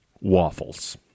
Waffles